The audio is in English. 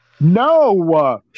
No